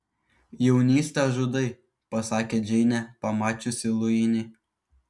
jaunystę žudai pasakė džeinė pamačiusi luinį